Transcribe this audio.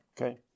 Okay